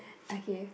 okay